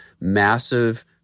massive